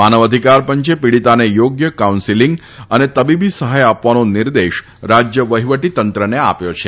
માનવ અધિકાર પંચે પીડીતાને યોગ્ય કા ન્સેલીંગ અને તબીબી સહાય આપવાનો નિર્દેશ રાજ્ય વહિવટીતંત્રને આપ્યો છે